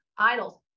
idols